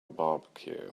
barbecue